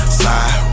side